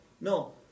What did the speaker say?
No